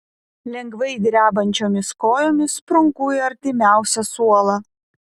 lengvai drebančiomis kojomis sprunku į artimiausią suolą